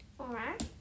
Alright